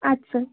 আচ্ছা